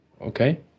Okay